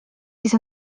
siis